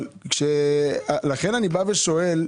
לכן אני שואל.